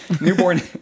Newborn